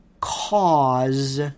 Cause